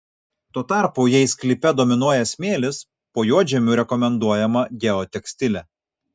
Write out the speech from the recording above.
tuo tarpu jei sklype dominuoja smėlis po juodžemiu rekomenduojama geotekstilė